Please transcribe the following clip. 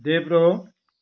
देब्रो